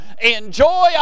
enjoy